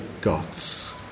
gods